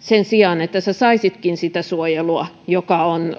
sen sijaan että sinä saisitkin suojelua joka on